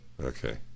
Okay